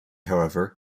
however